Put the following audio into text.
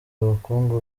ubukungu